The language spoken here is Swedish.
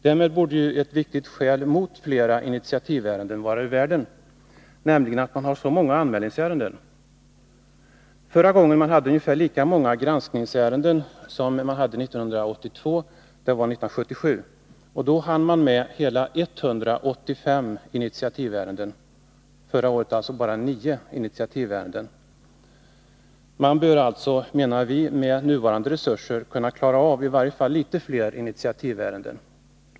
Därmed borde ju ett viktigt skäl mot flera initiativärenden vara ur världen, nämligen att man har så många anmälningsärenden. Förra gången man hade ungefär lika många granskningsärenden som år 1982 var år 1977. Då hann man med hela 185 initiativärenden — förra året alltså bara 9. Man bör alltså, menar vi, med nuvarande resurser kunna klara av i varje fall några fler initiativärenden.